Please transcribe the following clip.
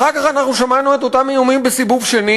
אחר כך שמענו את אותם איומים בסיבוב שני,